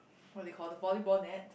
what they call the volleyball net